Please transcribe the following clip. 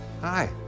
Hi